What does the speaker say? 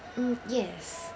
mm yes